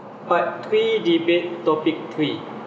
part three debate topic three